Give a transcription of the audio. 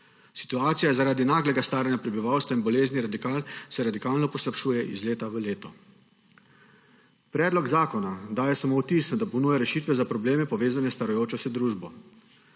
Situacija se zaradi naglega staranja prebivalstva in bolezni radikalno poslabšuje iz leta v leto. Predlog zakona daje samo vtis, da ponuja rešitve za probleme, povezane s starajočo se družbo.